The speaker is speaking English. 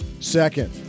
Second